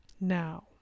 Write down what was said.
now